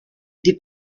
die